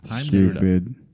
stupid